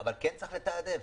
אבל כן צריך לתעדף.